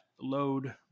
load